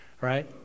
right